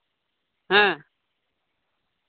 ᱦᱮᱸ